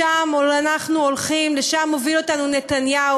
לשם אנחנו הולכים, לשם מוביל אותנו נתניהו.